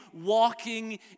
walking